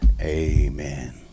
amen